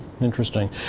Interesting